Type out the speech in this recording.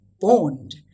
bond